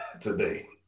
Today